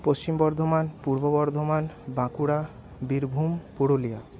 Paschim Bardhaman Purba Bardhaman Bankura Birbhum Purulia